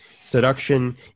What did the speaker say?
seduction